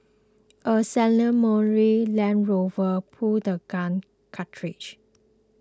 a ceremonial Land Rover pulled the gun carriage